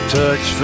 touch